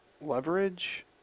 Leverage